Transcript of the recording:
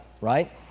right